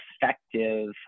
effective